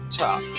top